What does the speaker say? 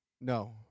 No